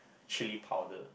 chilli powder